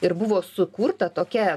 ir buvo sukurta tokia